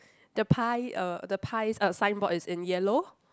the pie uh the pie's uh signboard is in yellow